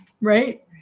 right